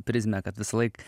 prizmę kad visąlaik